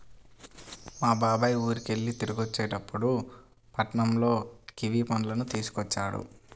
మా బాబాయ్ ఊరికెళ్ళి తిరిగొచ్చేటప్పుడు పట్నంలో కివీ పళ్ళను తీసుకొచ్చాడు